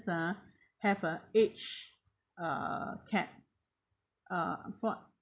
ah have a age uh cap uh for